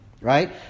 right